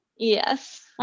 Yes